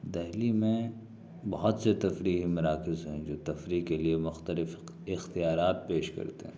دہلی میں بہت سے تفریحی مراکز ہیں جو تفریح کے لیے مختلف اختیارات پیش کرتے ہیں